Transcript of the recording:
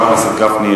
של חבר הכנסת גפני,